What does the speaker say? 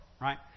right